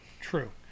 True